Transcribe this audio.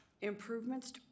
improvements